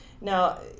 Now